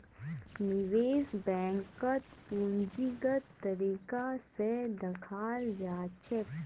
निवेश बैंकक पूंजीगत तरीका स दखाल जा छेक